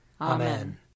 Amen